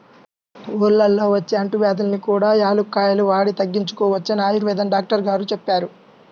ఊళ్ళల్లో వచ్చే అంటువ్యాధుల్ని కూడా యాలుక్కాయాలు వాడి తగ్గించుకోవచ్చని ఆయుర్వేదం డాక్టరు గారు చెప్పారు